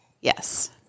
Yes